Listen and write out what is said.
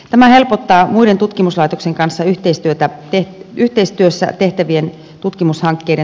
tämä helpottaa muiden tutkimuslaitoksien kanssa yhteistyössä tehtävien tutkimushankkeiden toteutumista